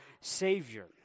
Savior